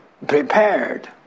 Prepared